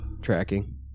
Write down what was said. Tracking